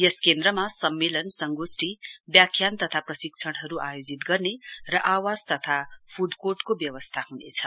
यस केन्द्रमा सम्मेलन संगोष्टि व्याख्यान तथा प्रशिक्षणहरु आयोजित गर्ने र आवास तथा फूड कोर्ट को व्यवस्था हुनेछ